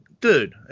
Dude